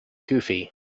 goofy